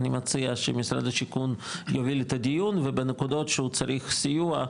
אני מציע שמשרד השיכון יוביל את הדיון ובנקודות שהוא צריך סיוע,